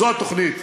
זאת התוכנית.